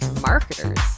marketers